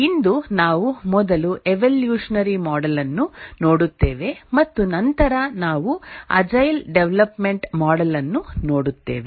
ಇಂದು ನಾವು ಮೊದಲು evolutionary model ಅನ್ನು ನೋಡುತ್ತೇವೆ ಮತ್ತು ನಂತರ ನಾವು ಅಜೈಲ್ ಡೆವಲಪ್ಮೆಂಟ್ ಮಾಡೆಲ್ ಅನ್ನು ನೋಡುತ್ತೇವೆ